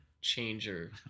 changer